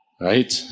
Right